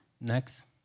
Next